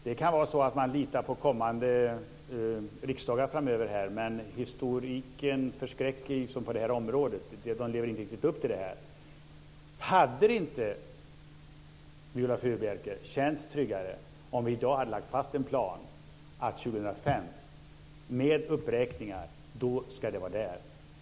Det kan vara så att man litar på kommande riksdagar framöver. Men historien på området förskräcker. Man lever inte riktigt upp till det. Hade det inte känts tryggare, Viola Furubjelke, om vi i dag hade lagt fast en plan att vi med uppräkningar ska nå målet år 2005?